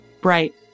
bright